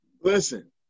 Listen